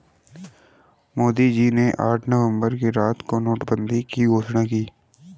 मोदी जी ने आठ नवंबर की रात को नोटबंदी की घोषणा की